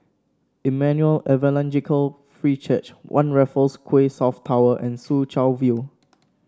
Emmanuel Evangelical Free Church One Raffles Quay South Tower and Soo Chow View